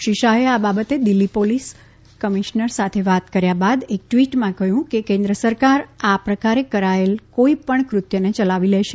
શ્રી શાહે આ બાબતે દિલ્હી પોલીસ કમિશ્નર સાથે વાત કર્યા બાદ એક ટ્વીટમાં કહ્યુંકે કેન્દ્ર સરકાર આ પ્રકારે કરાયેલા કોઈ પણ ક઼ત્યને ચલાવી લેશે